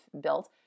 built